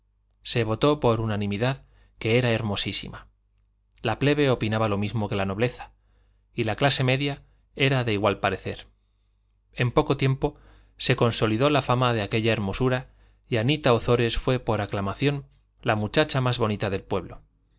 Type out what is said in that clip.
se votó por unanimidad que era hermosísima la plebe opinaba lo mismo que la nobleza y la clase media era de igual parecer en poco tiempo se consolidó la fama de aquella hermosura y anita ozores fue por aclamación la muchacha más bonita del pueblo